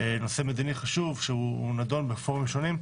נושא מדיני חשוב שנדון בפורומים שונים,